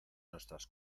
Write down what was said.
nuestras